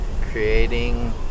creating